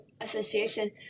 association